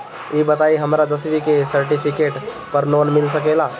ई बताई हमरा दसवीं के सेर्टफिकेट पर लोन मिल सकेला?